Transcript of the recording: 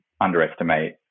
underestimate